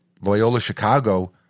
Loyola-Chicago